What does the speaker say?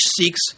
seeks